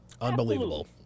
Unbelievable